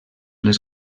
les